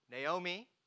Naomi